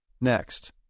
next